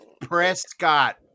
Prescott